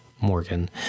Morgan